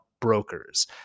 brokers